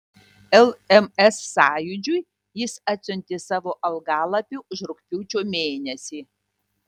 lms sąjūdžiui jis atsiuntė savo algalapį už rugpjūčio mėnesį